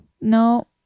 No